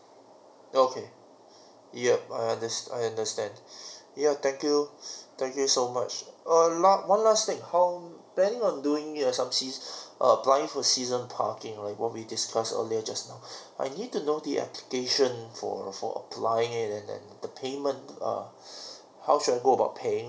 okay yup I unders~ I understand yeah thank you thank you so much err last one last thing how planning on doing some seas~ err applying for season parking like what we discussed earlier just now I need to know the application for for applying and then the payment uh how should I go about paying